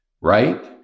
right